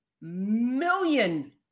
million